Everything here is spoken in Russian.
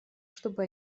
чтобы